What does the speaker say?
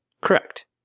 Correct